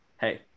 hey